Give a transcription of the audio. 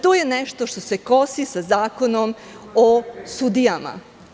To nešto što se kosi sa Zakonom o sudijama.